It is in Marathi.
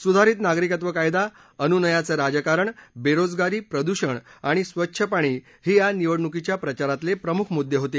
सुधारित नागरिकत्व कायदा अनुनयाचं राजकारण बेरोजगारी प्रदूषण आणि स्वच्छ पाणी हे या निवडणुकीच्या प्रचारातले प्रमुख मुद्दे होते